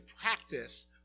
practice